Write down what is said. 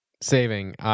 saving